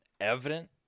evident